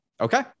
Okay